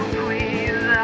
please